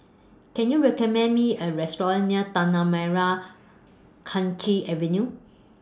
Can YOU recommend Me A Restaurant near Tanah Merah Kechil Avenue